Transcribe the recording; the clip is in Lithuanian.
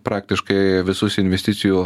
praktiškai visus investicijų